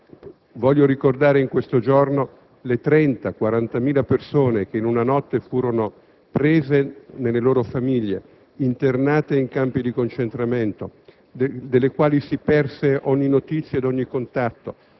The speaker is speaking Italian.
Voglio ricordare in questo giorno le 30-40.000 persone che in una notte furono prese dalle loro famiglie, internate in campi di concentramento e delle quali si perse ogni notizia e contatto.